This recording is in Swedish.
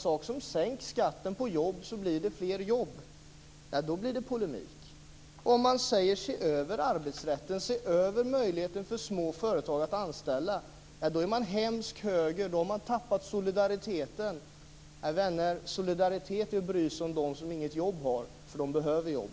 Men när man säger: "Sänk skatten på jobb så blir det fler jobb", blir det polemik. Om säger: "Se över arbetsrätten och se över möjligheten för små företag att anställa", är man hemsk höger. Då har man tappat solidariteten. Nej vänner, solidaritet är att bry sig om dem som inget jobb har. De behöver jobb.